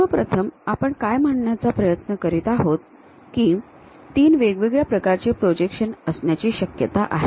सर्वप्रथम आपण काय म्हणण्याचा प्रयत्न करीत आहोत की तीन वेगवेगळ्या प्रकारचे प्रोजेक्शन्स असण्याची शक्यता आहे